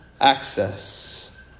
access